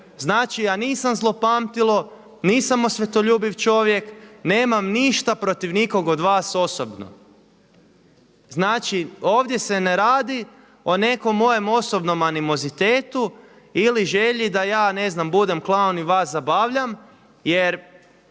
Znači ja nisam zlopamtilo, nisam osvetoljubiv čovjek, nemam ništa protiv nikog od vas osobno. Znači, ovdje se ne radi o nekom mojem osobnom animozitetu ili želji da ja ne znam budem klaun i vas zabavljam. Jer